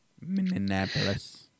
Minneapolis